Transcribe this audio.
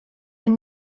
and